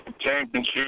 championship